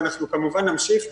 ואנחנו כמובן נמשיך.